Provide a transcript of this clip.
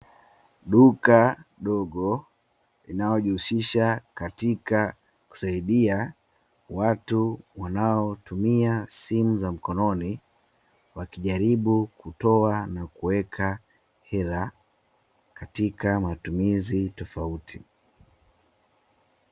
Duka dogo linalo jihusisha katika kusaidia watu wanao tumia simu za mkononi wakijaribu kutoa na kuweka hela katika matumizi tofauti.